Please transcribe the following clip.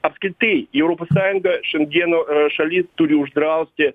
apskritai į europos sąjungą šengeno šalis turi uždrausti